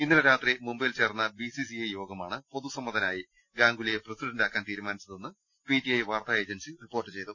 ഇന്നലെ രാത്രി മുംബൈയിൽ ചേർന്ന ബി സി സി ഐ യോഗമാണ് പൊതുസമ്മതനായി ഗാംഗുലിയെ പ്രസിഡന്റാ ക്കാൻ തീരുമാനിച്ചതെന്ന് വാർത്താ ഏജൻസി റിപ്പോർട്ട് ചെയ്തു